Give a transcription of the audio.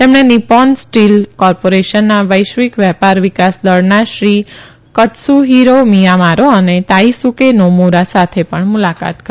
તેમણે Nippon steel કોર્પોરેશનના વૈશ્વિક વેપાર વિકાસ દળના શ્રી કત્સુહિરો મિયામારો અને તાઇસુકે નોમુરા સાથે પણ મુલાકાત કરી